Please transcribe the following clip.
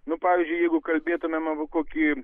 nu pavyzdžiui jeigu kalbėtumėm apie kokį